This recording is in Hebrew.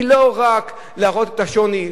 היא לא רק כדי להראות את השוני,